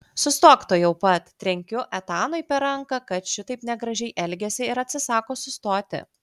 sustok tuojau pat trenkiu etanui per ranką kad šitaip negražiai elgiasi ir atsisako sustoti